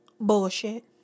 Bullshit